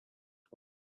float